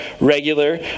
regular